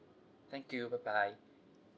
thank you bye bye